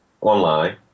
online